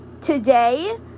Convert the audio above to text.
today